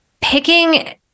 picking